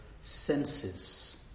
senses